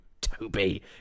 Toby